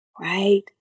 right